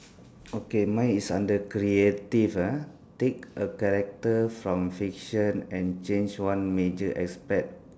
okay mine is under creative ah take a character from fiction and change one major aspect